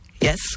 Yes